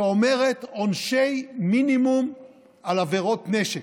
שאומרת עונשי מינימום על עבירות נשק,